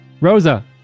Rosa